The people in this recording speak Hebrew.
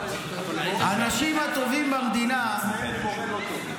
האנשים הטובים במדינה --- מצטיין ומורה לא טוב.